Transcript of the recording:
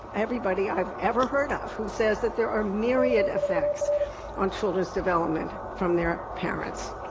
everybody i've ever heard of who said that there are myriad effects on children's development from their parents.